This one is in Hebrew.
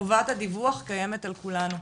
חובת הדיווח קיימת על כולנו,